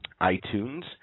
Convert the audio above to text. iTunes